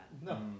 no